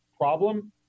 problem